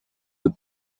the